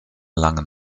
langen